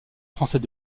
français